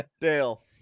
dale